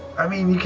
i mean,